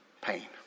pain